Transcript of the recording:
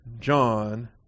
John